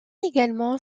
également